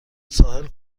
ساحل